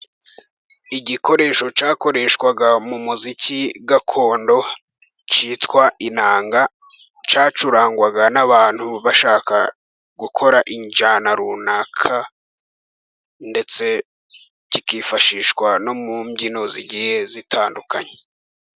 Igikoresho cyakoreshwaga mu muziki gakondo cyitwa inanga, cyacurangwaga n'abantu bashaka gukora injyana runaka, ndetse kikifashishwa no mu mbyino zigiye zitandukanye.